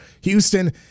Houston